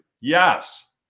Yes